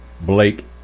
Blake